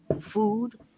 food